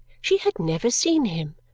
she had never seen him.